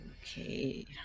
Okay